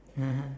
(uh huh)